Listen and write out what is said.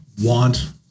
want